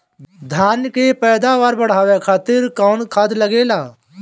धान के पैदावार बढ़ावे खातिर कौन खाद लागेला?